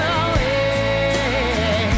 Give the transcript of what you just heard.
away